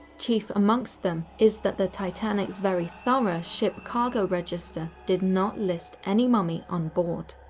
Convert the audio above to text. chief amongst them is that the titanic's very thorough ship cargo register did not list any mummy on board.